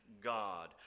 God